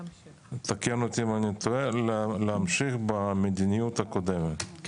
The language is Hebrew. תקן אותי אם אני טועה להמשיך במדינויות הקודמת,